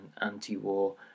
anti-war